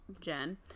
Jen